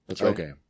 Okay